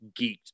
geeked